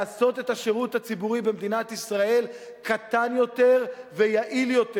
לעשות את השירות הציבורי במדינת ישראל קטן יותר ויעיל יותר,